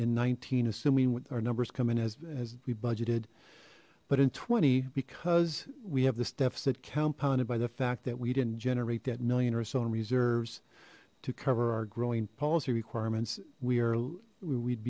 in nineteen assuming what our numbers come in as as we budgeted but in twenty because we have this deficit compounded by the fact that we didn't generate that million or so in reserves to cover our growing policy requirements we are we